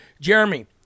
Jeremy